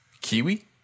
Kiwi